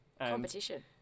Competition